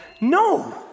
No